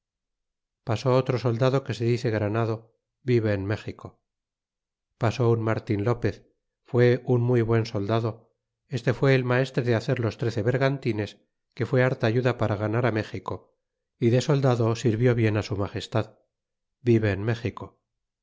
pasó otro soldado que se dice granado vive en méxico pasó un martin lopez fué un muy buen soldado este fue el maestre de hacer los trece bergantines que fué harta ayuda para ganar méxico y de soldado sirvió bien su magestad vive en méxico